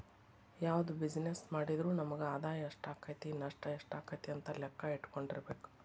ಯಾವ್ದ ಬಿಜಿನೆಸ್ಸ್ ಮಾಡಿದ್ರು ನಮಗ ಆದಾಯಾ ಎಷ್ಟಾಕ್ಕತಿ ನಷ್ಟ ಯೆಷ್ಟಾಕ್ಕತಿ ಅಂತ್ ಲೆಕ್ಕಾ ಇಟ್ಕೊಂಡಿರ್ಬೆಕು